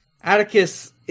Atticus